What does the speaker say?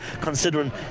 considering